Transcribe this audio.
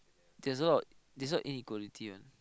there's a lot there's a lot in equality one